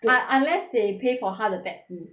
but unless they pay for 她的 taxi